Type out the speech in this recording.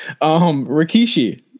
Rikishi